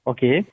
Okay